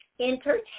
entertain